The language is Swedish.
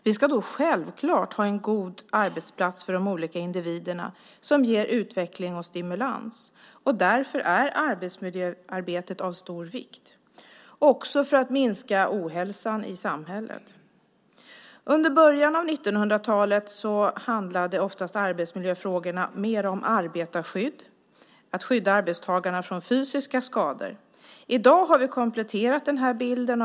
Vi ska självklart ha en god arbetsplats som ger utveckling och stimulans för de olika individerna. Därför är arbetsmiljöarbetet av stor vikt, också för att minska ohälsan i samhället. Under början av 1900-talet handlade arbetsmiljöfrågorna oftast mer om arbetarskydd, att skydda arbetstagarna från fysiska skador. I dag har vi kompletterat den här bilden.